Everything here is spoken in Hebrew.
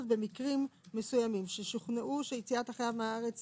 שייצא מהארץ